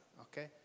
okay